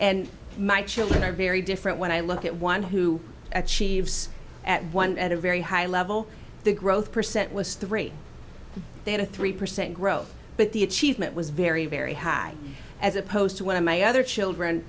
and my children are very different when i look at one who achieves at one at a very high level the growth percent was three they had a three percent growth but the achievement was very very high as opposed to one of my other children